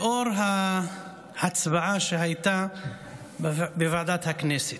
לאור ההצבעה שהייתה בוועדת הכנסת.